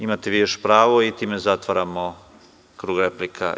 Imate vi još pravo i time zatvaramo krug replika.